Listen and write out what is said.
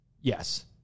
yes